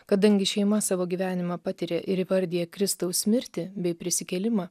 kadangi šeima savo gyvenimą patiria ir įvardija kristaus mirtį bei prisikėlimą